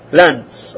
lands